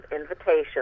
invitation